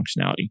functionality